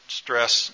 stress